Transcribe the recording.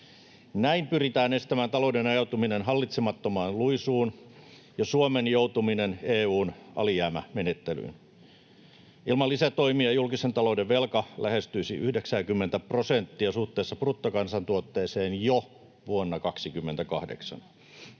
Näin pyritään estämään talouden ajautuminen hallitsemattomaan luisuun ja Suomen joutuminen EU:n alijäämämenettelyyn. Ilman lisätoimia julkisen talouden velka lähestyisi 90:tä prosenttia suhteessa bruttokansantuotteeseen jo vuonna 28.